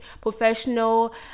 professional